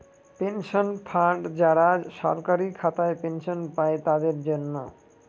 pension fund যারা সরকারি খাতায় পেনশন পাই তাদের জন্য